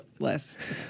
List